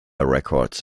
records